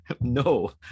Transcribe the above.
No